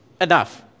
Enough